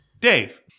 Dave